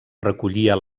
recollia